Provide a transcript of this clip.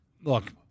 Look